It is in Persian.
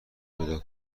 پیدا